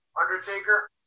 Undertaker